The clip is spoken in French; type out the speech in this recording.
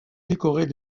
décorées